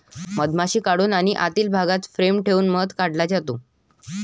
मधमाशी काढून आणि आतील भागात फ्रेम ठेवून मध काढला जातो